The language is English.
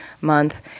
Month